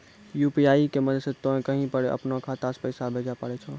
UPI के मदद से तोय कहीं पर अपनो खाता से पैसे भेजै पारै छौ